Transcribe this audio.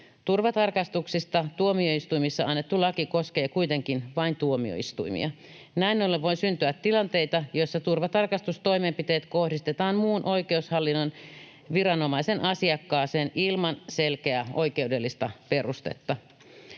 Turvatarkastuksista tuomioistuimissa annettu laki koskee kuitenkin vain tuomioistuimia. Näin ollen voi syntyä tilanteita, joissa turvatarkastustoimenpiteet kohdistetaan muun oikeushallinnon viranomaisen asiakkaaseen ilman selkeää oikeudellista perustetta.